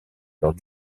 lors